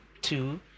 two